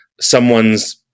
someone's